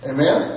Amen